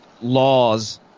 laws